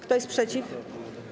Kto jest przeciw?